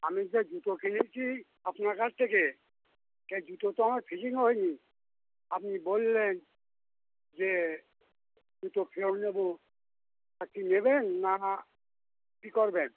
আমি যে জুতো কিনেছি আপনার কাছ থেকে সেই জুতো তো আমার ফিটিং হয়নি আপনি বললেন যে জুতো ফেরত নেবো তা কি নেবেন না কী করবেন